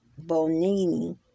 Bonini